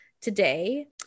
today